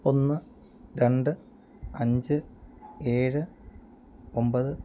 ഒന്ന് രണ്ട് അഞ്ച് ഏഴ് ഒമ്പത്